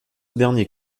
dernier